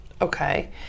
okay